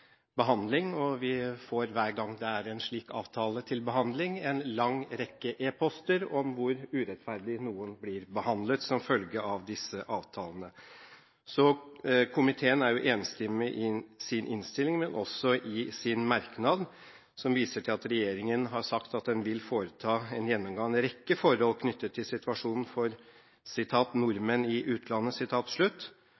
behandling. Hver gang det er en slik avtale til behandling, får vi en lang rekke e-poster om hvor urettferdig noen blir behandlet som følge av disse avtalene. Komiteen er enstemmig i sin innstilling, men også i sin merknad, der man viser til at regjeringen skal foreta en gjennomgang av en rekke forhold knyttet til situasjonen for